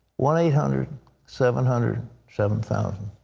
one eight hundred seven hundred seven thousand.